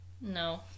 No